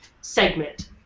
segment